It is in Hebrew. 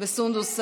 וסונדוס סלאח.